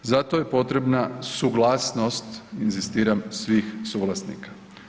Zato je potrebna suglasnost, inzistiram svih suvlasnika.